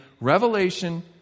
Revelation